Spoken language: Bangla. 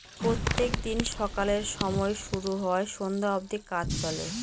প্রত্যেক দিন সকালের সময় শুরু হয় সন্ধ্যা অব্দি কাজ চলে